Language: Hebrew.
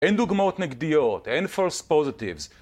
אין דוגמאות נגדייות, אין פולס פוזיטיבס